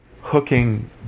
hooking